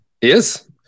Yes